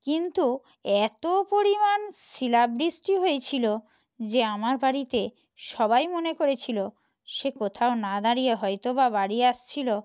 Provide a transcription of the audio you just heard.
কিন্তু এতো পরিমাণ শিলা বৃষ্টি হয়েছিলো যে আমার বাড়িতে সবাই মনে করেছিল সে কোথাও না দাঁড়িয়ে হয়তো বা বাড়ি আসছিলো